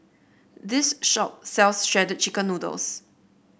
this shop sells Shredded Chicken Noodles